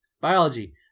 Biology